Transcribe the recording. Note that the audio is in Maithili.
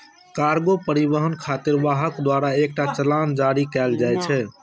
कार्गो परिवहन खातिर वाहक द्वारा एकटा चालान जारी कैल जाइ छै